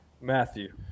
Matthew